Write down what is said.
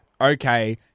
okay